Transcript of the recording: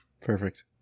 Perfect